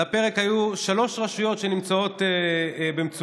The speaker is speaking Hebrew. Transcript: על הפרק היו שלוש רשויות שנמצאות במצוקה,